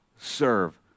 serve